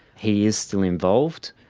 he is still involved.